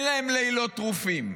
שאין להם לילות טרופים?